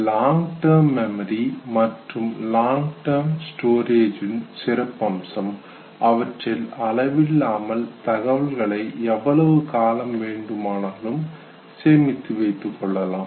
long term memory மற்றும் long term storage ன் சிறப்பம்சம் அவற்றில் அளவில்லாமல் தகவல்களை எவ்வளவு காலம் வேண்டுமானாலும் சேமித்துக் கொள்ளலாம்